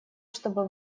чтобы